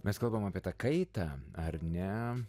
mes kalbam apie tą kaitą ar ne